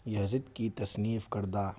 یہ حضرت کی تصنیف کردہ